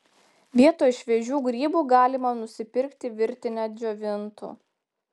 vietoj šviežių grybų galima nusipirkti virtinę džiovintų